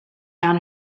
down